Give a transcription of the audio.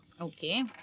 Okay